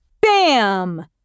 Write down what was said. Bam